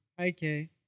Okay